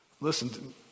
Listen